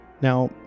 Now